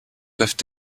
peuvent